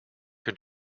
can